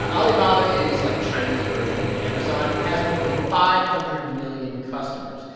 ah alibaba is like china's version of amazon. it has more than five hundred million customers.